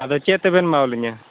ᱟᱫᱚ ᱪᱮᱫ ᱛᱮᱵᱮᱱ ᱮᱢᱟᱣᱟᱹᱞᱤᱧᱟ